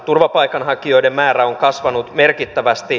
turvapaikanhakijoiden määrä on kasvanut merkittävästi